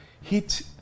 hit